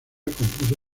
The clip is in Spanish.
compuso